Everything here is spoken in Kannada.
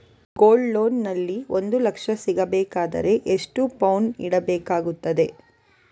ಗೋಲ್ಡ್ ಲೋನ್ ನಲ್ಲಿ ಒಂದು ಲಕ್ಷ ಸಿಗಬೇಕಾದರೆ ಎಷ್ಟು ಪೌನು ಇಡಬೇಕಾಗುತ್ತದೆ?